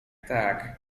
tak